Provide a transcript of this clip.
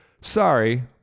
Sorry